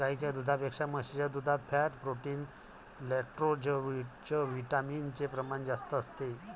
गाईच्या दुधापेक्षा म्हशीच्या दुधात फॅट, प्रोटीन, लैक्टोजविटामिन चे प्रमाण जास्त असते